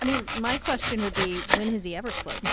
i mean, my question would be when has he ever slowed down?